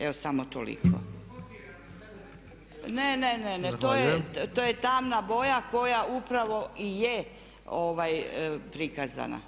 Evo, samo toliko. … [[Upadica se ne razumije.]] Ne, ne to je tamna boja koja upravo i je prikazana